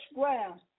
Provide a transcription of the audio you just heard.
ground